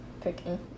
picking